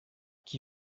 qui